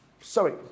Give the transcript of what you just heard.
Sorry